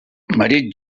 marit